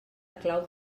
clau